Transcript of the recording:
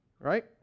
right